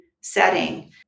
setting